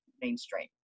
mainstream